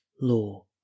law